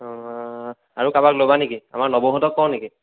আৰু কাৰোবাক ল'বা নেকি আমাৰ নৱহঁতক কওঁ নেকি